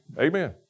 Amen